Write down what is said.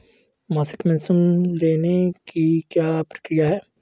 मासिक पेंशन लेने की क्या प्रक्रिया है?